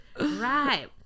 right